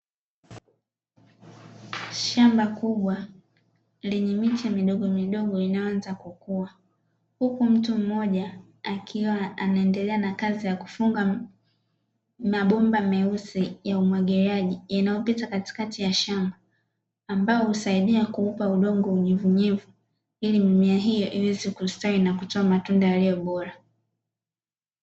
Shamba kubwa lenye miche midogo midogo inayoanza kwa kuwa huku mtu mmoja akiwa anaendelea na kazi ya kufunga mabomba meusi ya umwagiliaji yanayopita katikati ya shamba ambao husaidia kuupa udongo unyivunyevu ili mimea hiyo iweze kustawi na kutoa matunda yaliyo bora.